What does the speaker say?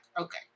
Okay